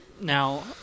Now